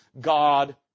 God